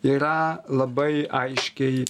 yra labai aiškiai